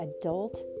adult